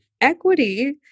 equity